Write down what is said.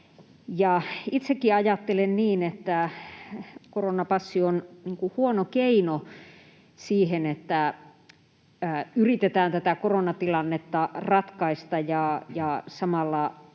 Itsekin ajattelen niin, että koronapassi on huono keino siinä, että yritetään tätä koronatilannetta ratkaista ja samalla ikään